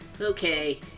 Okay